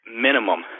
minimum